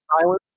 silence